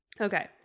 Okay